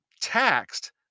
taxed